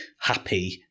happy